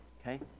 Okay